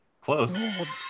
Close